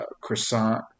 croissant